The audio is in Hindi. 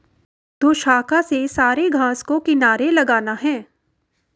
दोशाखा से सारे घास को किनारे लगाना है